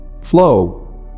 Flow